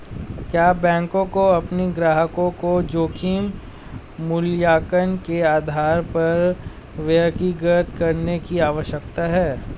क्या बैंकों को अपने ग्राहकों को जोखिम मूल्यांकन के आधार पर वर्गीकृत करने की आवश्यकता है?